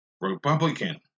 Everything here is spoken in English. Republican